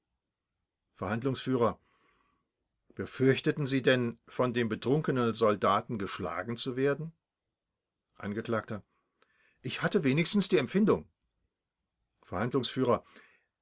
verhandlungsf befürchteten sie denn von dem betrunkenen soldaten geschlagen zu werden angekl ich hatte wenigstens die empfindung